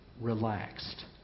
relaxed